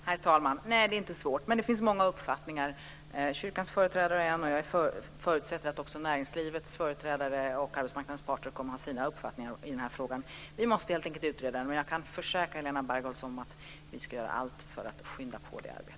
Herr talman! Nej, det är inte svårt, men det finns många uppfattningar. Kyrkans företrädare har en, och jag förutsätter att också näringslivets företrädare och arbetsmarknadens parter kommer att ha sina uppfattningar i den här frågan. Vi måste helt enkelt utreda den. Jag kan försäkra Helena Bargholtz att vi ska göra allt för att skynda på det arbetet.